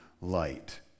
light